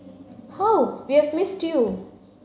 how we have missed you